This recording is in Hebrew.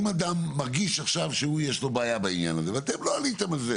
אם אדם מרגיש עכשיו שיש לו בעיה בעניין הזה ואתם לא עליתם על זה